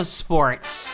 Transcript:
sports